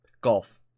golf